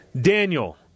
Daniel